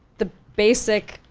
the basic,